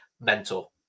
mentor